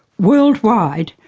worldwide,